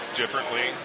differently